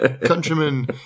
countrymen